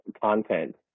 content